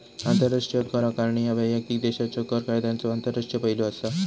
आंतरराष्ट्रीय कर आकारणी ह्या वैयक्तिक देशाच्यो कर कायद्यांचो आंतरराष्ट्रीय पैलू असा